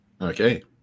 Okay